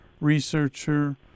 researcher